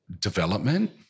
development